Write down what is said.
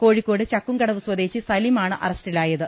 കോഴിക്കോട് ചക്കുംകടവ് സ്വദേശി സലീം ആണ് അറസ്റ്റിലായത്